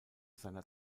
seiner